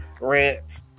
rant